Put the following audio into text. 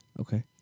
Okay